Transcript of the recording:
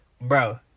Bro